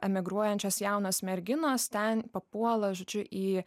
emigruojančios jaunos merginos ten papuola žodžiu į